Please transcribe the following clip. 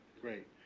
great